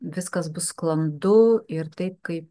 viskas bus sklandu ir taip kaip